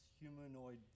humanoid